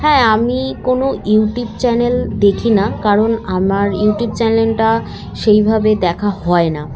হ্যাঁ আমি কোনো ইউটিউব চ্যানেল দেখি না কারণ আমার ইউটিউব চ্যানেলটা সেইভাবে দেখা হয় না